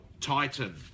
Titan